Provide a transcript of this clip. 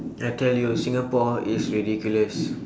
I tell you singapore is ridiculous